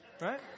right